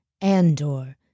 Andor